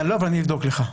לא, אבל אני אבדוק לך.